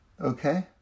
Okay